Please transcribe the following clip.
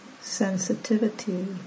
sensitivity